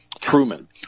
Truman